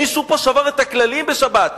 מישהו פה שבר את הכללים בשבת,